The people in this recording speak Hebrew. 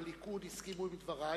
בליכוד הסכימו לדברי,